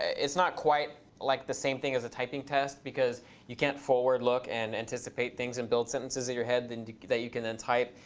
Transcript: it's not quite like the same thing as a typing test, because you can't forward look and anticipate things and build sentences in your head and that you can then type.